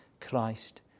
Christ